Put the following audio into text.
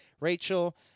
Rachel